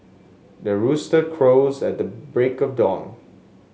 the rooster crows at the break of dawn